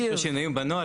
ביקשו שינויים בנוהל,